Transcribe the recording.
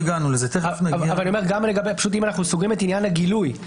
אבל אני אומר פשוט אם אנחנו סוגרים את עניין הגילוי,